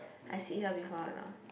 I see her before or not